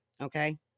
Okay